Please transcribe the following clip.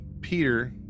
Peter